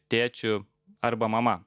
tėčiu arba mama